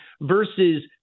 versus